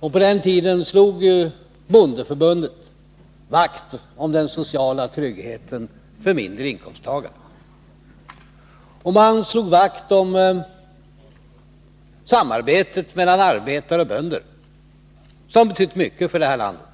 och på den tiden slog bondeförbundet vakt om den sociala tryggheten för mindre inkomsttagare. Man slog vakt om samarbetet mellan arbetare och bönder, som har betytt mycket för det här landet.